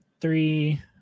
three